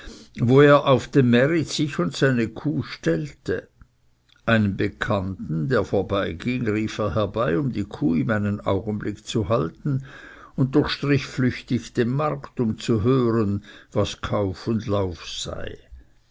wo er auf dem märit sich und seine kuh stellte einen bekannten der vorbeiging rief er herbei um die kuh ihm einen augenblick zu halten und durchstrich flüchtig den markt um zu hören was kauf und lauf sei